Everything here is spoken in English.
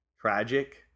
tragic